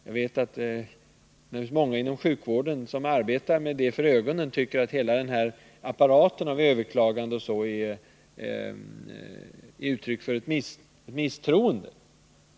Jag vet att många inom sjukvården som arbetar med detta för ögonen tycker att hela apparaten Nr 56 av överklaganden o. d. är uttryck för ett misstroende.